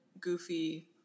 goofy